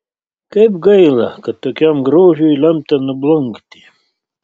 kaip gaila kad tokiam grožiui lemta nublankti